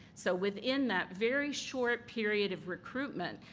so within that very short period of recruitment,